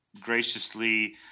graciously